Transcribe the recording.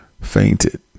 Fainted